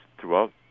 throughout